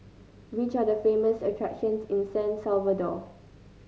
which are the famous attractions in San Salvador